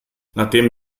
nachdem